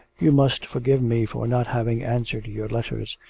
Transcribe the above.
you must forgive me for not having answered your letters.